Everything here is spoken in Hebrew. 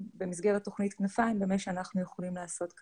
אם יש כאן חיילים משוחררים או חיילים בשירות,